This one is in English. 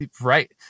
right